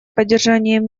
поддержанием